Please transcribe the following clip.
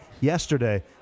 Yesterday